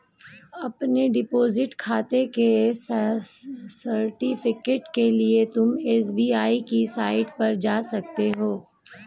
अपने डिपॉजिट खाते के सर्टिफिकेट के लिए तुम एस.बी.आई की साईट पर जा सकते हो